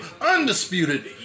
undisputed